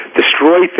destroy